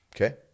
Okay